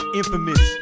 infamous